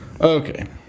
Okay